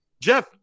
Jeff